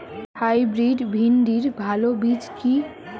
Hybrid ভিন্ডির ভালো বীজ কি?